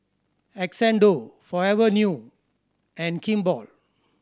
Xndo Forever New and Kimball